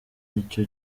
nicyo